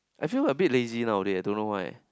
I feel a bit nowadays I don't know why